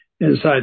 Inside